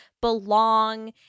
belong